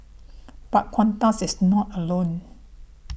but Qantas is not alone